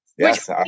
Yes